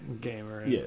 Gamer